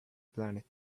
planet